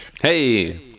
hey